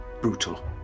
Brutal